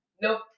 Nope